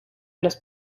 los